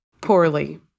poorly